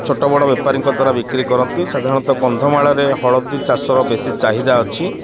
ଛୋଟ ବଡ଼ ବେପାରୀଙ୍କ ଦ୍ୱାରା ବିକ୍ରି କରନ୍ତି ସାଧାରଣତଃ କନ୍ଧମାଳରେ ହଳଦୀ ଚାଷର ବେଶୀ ଚାହିଦା ଅଛି